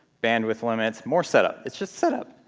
bandwidth limits, more setup. it's just setup.